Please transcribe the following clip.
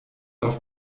auf